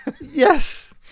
Yes